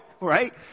right